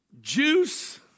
juice